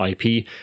IP